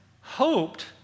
hoped